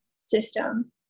system